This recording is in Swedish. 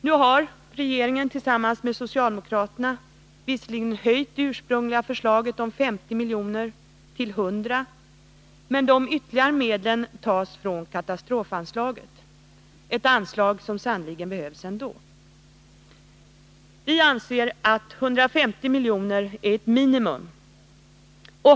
Nu har regeringen, tillsammans med socialdemokraterna, visserligen höjt det ursprungliga förslaget om 50 miljoner till 100 miljoner, men de ytterligare medlen tas från katastrofanslaget. Det är ett anslag som sannerligen behövs ändå. Vi anser 150 miljoner vara ett minimum.